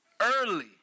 Early